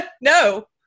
No